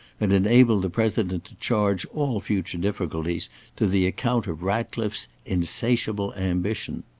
and enable the president to charge all future difficulties to the account of ratcliffe's insatiable ambition.